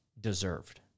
deserved